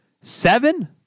Seven